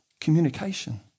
communication